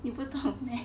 you 不懂 meh